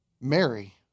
Mary